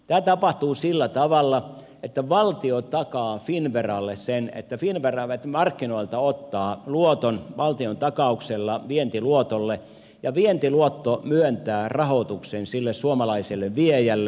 tämä tapahtuu sillä tavalla että valtio takaa finnveralle sen että finnvera markkinoilta ottaa luoton valtion takauksella vientiluotolle ja vientiluotto myöntää rahoituksen sille suomalaiselle viejälle